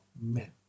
men